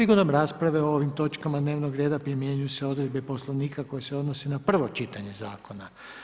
Prigodom rasprave o ovim točkama dnevnog reda primjenjuju se odredbe Poslovnika koje se odnose na prvo čitanje zakona.